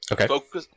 Okay